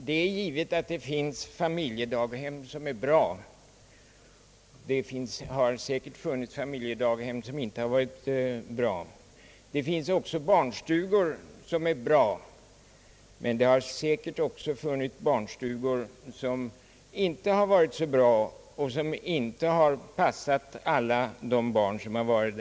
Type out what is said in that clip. Lika väl som det finns och har funnits bra och mindre bra familjedagbem finns det både barnstugor som är bra och sådana som inte varit så bra; som inte passat alla de omhändertagna barnen.